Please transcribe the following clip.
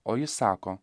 o jis sako